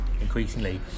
increasingly